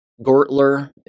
Gortler